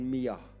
Mia